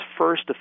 first